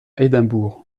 édimbourg